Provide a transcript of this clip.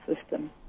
system